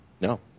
No